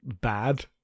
bad